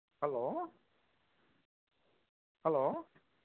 hello hello